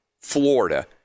Florida